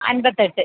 അമ്പത്തെട്ട്